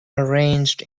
arranged